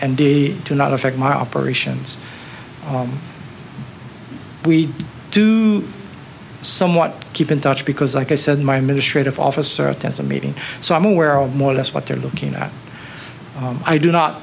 and they do not affect my operations we do somewhat keep in touch because like i said my ministry to office served as a meeting so i'm aware of more or less what they're looking at i do not